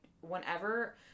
whenever